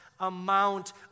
Amount